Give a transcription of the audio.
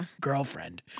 girlfriend